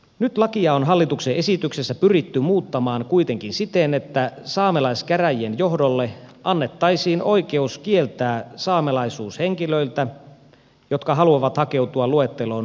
nyt lakia on hallituksen esityksessä pyritty muuttamaan kuitenkin siten että saamelaiskäräjien johdolle annettaisiin oikeus kieltää saamelaisuus henkilöiltä jotka haluavat hakeutua luetteloon lappalaisperusteella